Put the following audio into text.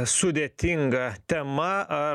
sudėtinga tema ar